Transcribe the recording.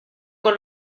con